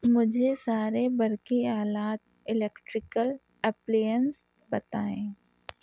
مجھے سارے برقی آلات الیکٹریکل اپلیئنس بتائیں